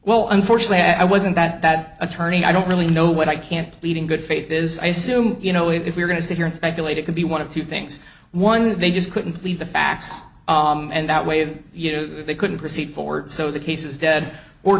well unfortunately i wasn't that bad attorney and i don't really know what i can't pleading good faith is i assume you know if we're going to sit here and speculate it could be one of two things one they just couldn't believe the facts and that way of you know they couldn't proceed forward so the case is dead or